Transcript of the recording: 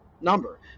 number